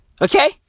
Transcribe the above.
Okay